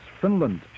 Finland